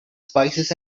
spices